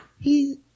He-